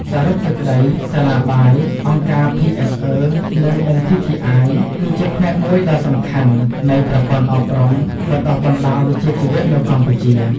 សរុបសេចក្តី សាលាបាយ អង្គការភីអេសអឺ និង NTTI គឺជាផ្នែកមួយដ៏សំខាន់នៃប្រព័ន្ធអប់រំបណ្តុះបណ្តាលវិជ្ជាជីវៈនៅកម្ពុជា។